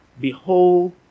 Behold